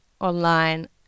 online